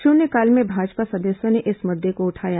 शून्यकाल में भाजपा सदस्यों ने इस मुद्दे को उठाया